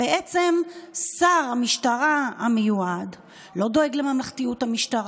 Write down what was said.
שר המשטרה המיועד לא דואג לממלכתיות המשטרה,